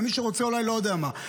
למי שרוצה לא יודע מה,